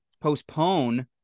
postpone